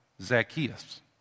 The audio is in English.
Zacchaeus